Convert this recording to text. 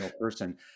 person